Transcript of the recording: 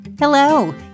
Hello